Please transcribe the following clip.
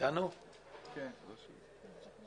שלום לכולם.